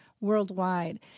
worldwide